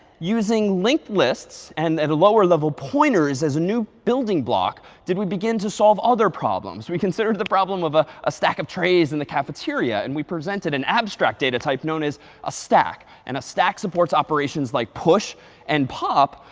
using linked lists and at a lower level, pointers as a new building block, did we begin to solve other problems. we considered the problem of a a stack of trays in the cafeteria, and we presented an abstract data type known as a stack. and a stack supports operations like push and pop.